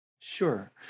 Sure